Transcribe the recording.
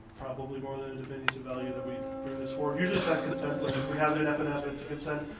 probably more than a diminutive value, that we bring this forward. usually it's not consent, like cause we have it in fnf, it's a consent,